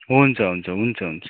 हुन्छ हुन्छ हुन्छ हुन्छ